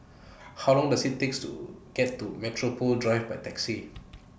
How Long Does IT takes to get to Metropole Drive By Taxi